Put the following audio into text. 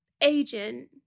agent